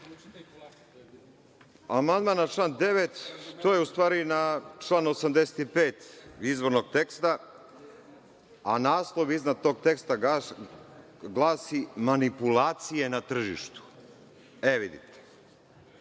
Amandman na član 9, to je ustavi na član 85. izvornog teksta, a naslov iznad tog teksta glasi – Manipulacije na tržištu. Zakon